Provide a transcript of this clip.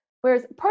Whereas